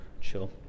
Chill